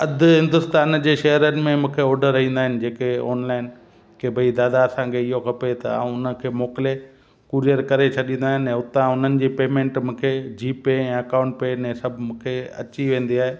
अधु हिन्दुस्तान जे शहिरनि में मूंखे ऑडर ईंदा आहिनि जेके ऑनलाइन के भई दादा असांखे इहो खपे त आऊं उनखे मोकिले कुरियर करे छॾींदा आहिनि हुतां हुननि जी पेमेंट मूंखे जीपे या अकाउंट पे ने सभु मूंखे अची वेंदी आहे